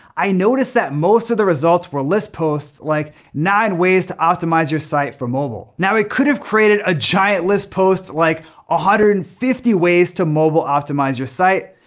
i noticed that most of the results were list posts like nine ways to optimize your site for mobile. now i could've created a giant list post like one ah hundred and fifty ways to mobile optimize your site,